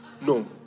No